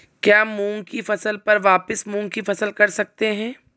क्या मूंग की फसल पर वापिस मूंग की फसल कर सकते हैं?